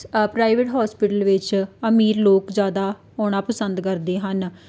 private hospital ਵਿੱਚ ਅਮੀਰ ਲੋਕ ਜ਼ਿਆਦਾ ਆਉਣਾ ਪਸੰਦ ਕਰਦੇ ਹਨ